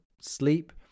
sleep